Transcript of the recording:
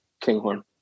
Kinghorn